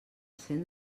cent